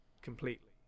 completely